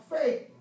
faith